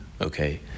okay